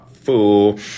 Fool